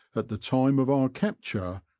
at the time of our capture,